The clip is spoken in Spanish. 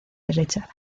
derecha